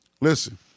Listen